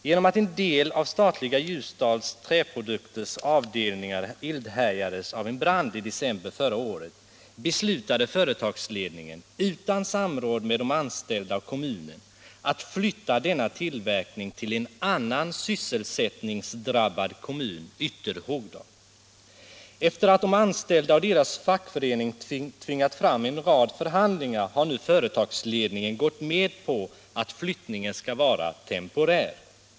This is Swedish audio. Sedan en del av det statliga företaget Ljusdals Träprodukters avdelningar härjats av en brand i december förra året beslutade företagsledningen — utan samråd med de anställda och kommunen -— att flytta denna tillverkning till en annan sysselsättningsdrabbad kommun, Ytterhogdal. 19 Efter det att de anställda och deras fackförening tvingat fram en rad förhandlingar har nu företagsledningen gått med på att flyttningen skall vara temporär.